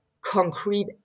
concrete